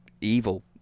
evil